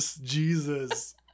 Jesus